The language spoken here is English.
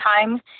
time